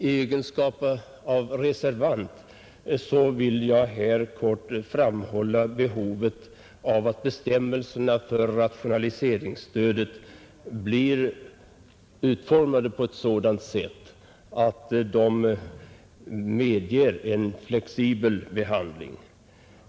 I egenskap av reservant vill jag här helt kort framhålla behovet av att bestämmelserna för rationaliseringsstödet blir utformade på ett sådant sätt att de medger en flexibel behandling.